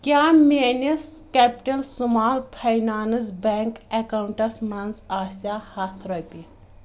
کیٛاہ میٲنِس Capital Small Finance Bank accounts منٛز آسیٚا ہتھ رۄپیہِ